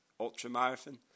ultramarathon